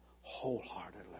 wholeheartedly